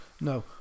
No